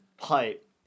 pipe